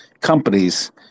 companies